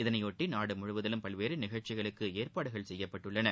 இதனையொட்டி நாடுமுழுவதிலும் பல்வேறு நிகழ்ச்சிகளுக்கு ஏற்பாடு செய்யப்பட்டுள்ளன